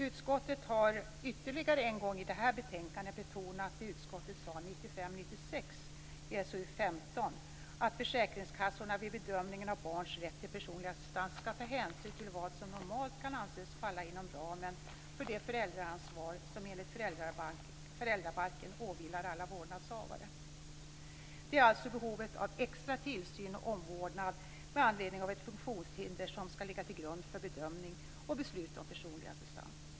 Utskottet har ytterligare en gång i detta betänkande betonat vad utskottet sade 1995/96 i SoU15, att försäkringskassorna vid bedömningen av barns rätt till personlig assistans skall ta hänsyn till vad som normalt kan anses falla inom ramen för det föräldraansvar som enligt föräldrabalken åvilar alla vårdnadshavare. Det är alltså behovet av extra tillsyn och omvårdnad med anledning av ett funktionshinder som skall ligga till grund för bedömning och beslut om personlig assistans.